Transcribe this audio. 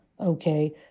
Okay